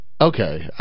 Okay